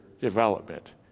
development